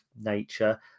nature